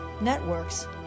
networks